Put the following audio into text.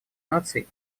наций